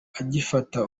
agifata